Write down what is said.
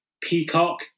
Peacock